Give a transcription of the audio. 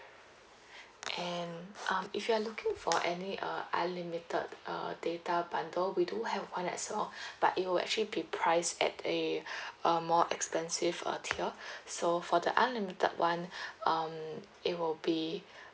and um if you are looking for any uh unlimited uh data bundle we do have one as well but it will actually be priced at a uh more expensive uh tier so for the unlimited one um it will be